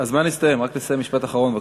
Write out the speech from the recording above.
הזמן הסתיים, רק תסיים משפט אחרון בבקשה.